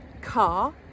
car